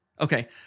Okay